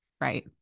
Right